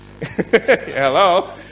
Hello